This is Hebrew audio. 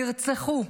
נרצחו,